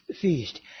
feast